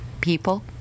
people